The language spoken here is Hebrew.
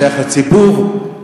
שייך לציבור.